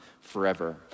forever